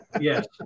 Yes